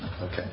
Okay